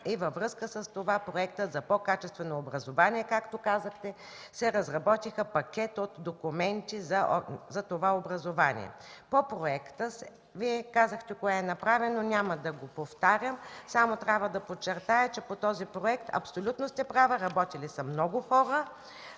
и във връзка с това за по-качествено образование, както казахте, се разработиха пакет от документи за това образование. Вие казахте какво е направено по проекта, няма да го повтарям. Трябва да подчертая, че по този проект, абсолютно сте права, са работили много хора,